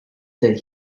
that